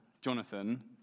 Jonathan